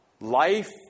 life